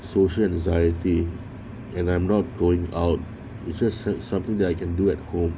social anxiety and I'm not going out it's just some~ something that I can do at home